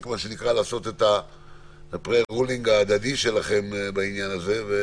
לעשות את הפרה-רולינג ההדדי שלכם בעניין הזה.